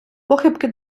похибки